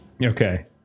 okay